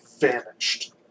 vanished